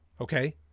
Okay